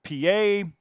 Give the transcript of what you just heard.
PA